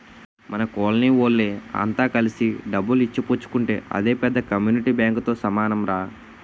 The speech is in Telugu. మన కోలనీ వోళ్ళె అంత కలిసి డబ్బులు ఇచ్చి పుచ్చుకుంటే అదే పెద్ద కమ్యూనిటీ బాంకుతో సమానంరా